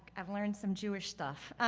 i've learned some jewish stuff.